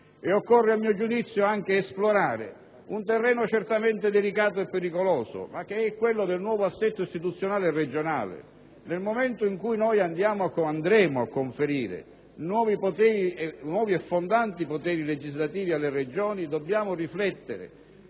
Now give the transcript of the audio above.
Occorre, a mio giudizio, anche esplorare un terreno certamente delicato e pericoloso quale il nuovo assetto istituzionale regionale. Nel momento in cui andremo a conferire nuovi e fondanti poteri legislativi alle Regioni, dovremo riflettere